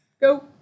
Go